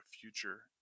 future